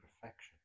perfection